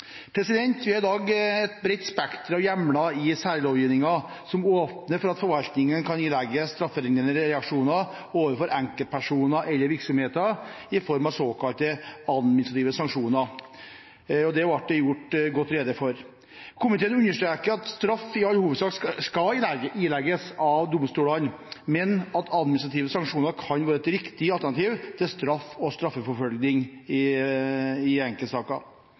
Vi har i dag et bredt spekter av hjemler i særlovgivningen som åpner for at forvaltningen kan ilegge straffelignende reaksjoner overfor enkeltpersoner eller virksomheter i form av såkalte administrative sanksjoner. Dette ble det gjort godt rede for. Komiteen understreker at straff i all hovedsak skal ilegges av domstolene, men at administrative sanksjoner kan være et riktig alternativ til straff og straffeforfølgning i enkeltsaker.